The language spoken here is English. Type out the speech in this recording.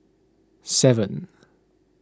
seven